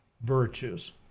virtues